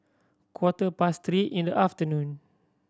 quarter past three in the afternoon